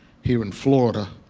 here in florida,